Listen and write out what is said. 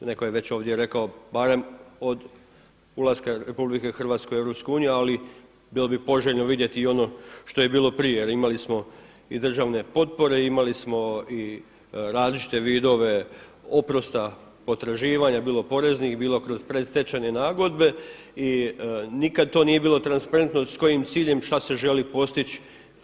Neko je već ovdje rekao, barem od ulaska RH u EU, ali bilo bi poželjno vidjeti i ono što je bilo prije jer imali smo i državne potpore, imali smo i različite vidove oprosta potraživanja, bilo poreznih, bilo kroz predstečajne nagodbe i nikad to nije bilo transparentno s kojim ciljem šta se želi postići.